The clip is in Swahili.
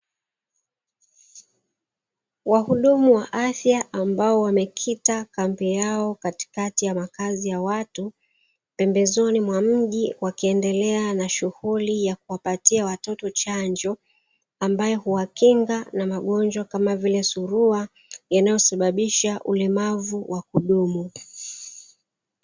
Wahudumu wa afya ambao wamekita kambi yao katikati ya makazi ya watu pembezoni mwa mji wakiendelea na shughuli ya kuwapatia watoto chanjo, ambayo huwakinga na magonjwa kama vile surua yanayosababisha ulemavu wa kudumu.